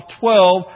twelve